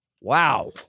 Wow